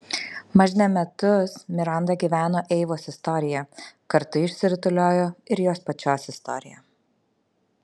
mažne metus miranda gyveno eivos istorija kartu išsirutuliojo ir jos pačios istorija